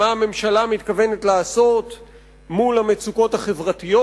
מה הממשלה מתכוונת לעשות מול המצוקות החברתיות,